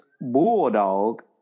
bulldog